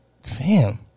Fam